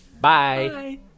Bye